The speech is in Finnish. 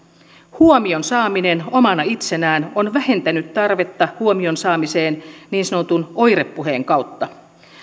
huomion saaminen omana itsenään on vähentänyt tarvetta huomion saamiseen niin sanotun oirepuheen kautta myös